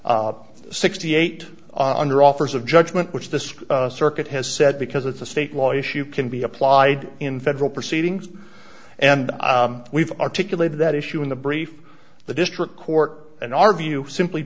rule sixty eight dollars on your offers of judgment which this circuit has said because it's a state law issue can be applied in federal proceedings and we've articulated that issue in the brief the district court in our view simply